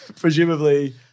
Presumably